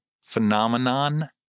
phenomenon